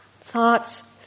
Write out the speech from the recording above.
Thoughts